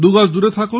দুগজ দূরে থাকুন